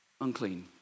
unclean